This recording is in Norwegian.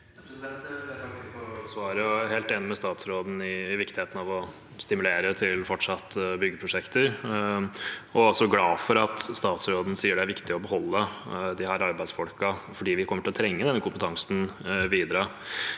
Jeg er helt enig med statsråden i viktigheten av fortsatt å stimulere til byggeprosjekter, og jeg er også glad for at statsråden sier det er viktig å beholde disse arbeidsfolkene, for vi kommer til å trenge denne kompetansen videre.